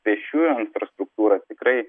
pėsčiųjų infrastruktūra tikrai